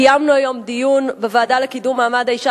קיימנו היום דיון בוועדה לקידום מעמד האשה